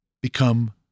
become